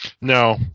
No